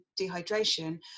dehydration